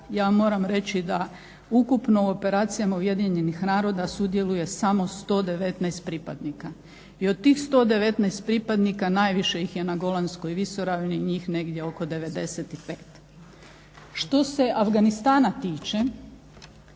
vam moram reći da ukupno u operacijama Ujedinjenih naroda sudjeluje samo 119 pripadnika. I od tih 119 pripadnika najviše ih je na Golanskoj visoravni njih negdje oko 95. Što se Afganistana tiče,